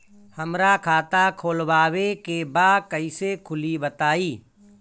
हमरा खाता खोलवावे के बा कइसे खुली बताईं?